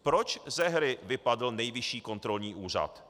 Proč ze hry vypadl Nejvyšší kontrolní úřad?